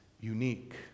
unique